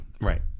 Right